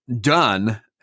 done